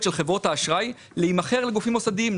של חברות האשראי להימכר לגופים מוסדיים.